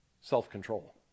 self-control